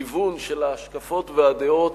גיוון של ההשקפות ושל הדעות,